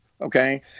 Okay